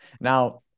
now